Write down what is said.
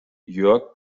jörg